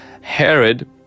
Herod